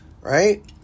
right